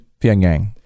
Pyongyang